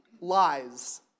lies